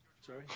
Sorry